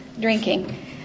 drinking